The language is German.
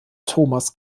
thomas